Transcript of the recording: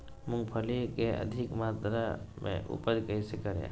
मूंगफली के अधिक मात्रा मे उपज कैसे करें?